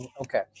Okay